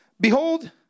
Behold